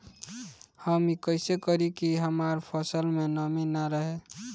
हम ई कइसे करी की हमार फसल में नमी ना रहे?